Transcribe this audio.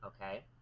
okay